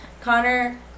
Connor